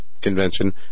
Convention